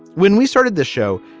when we started the show,